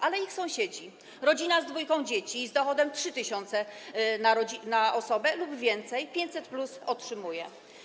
Ale ich sąsiedzi, rodzina z dwójką dzieci i z dochodem 3 tys. na osobę lub więcej, 500+ otrzymują.